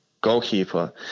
goalkeeper